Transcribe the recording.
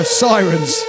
sirens